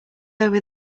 over